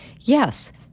Yes